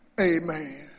Amen